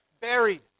buried